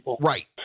Right